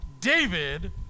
David